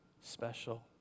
special